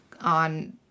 on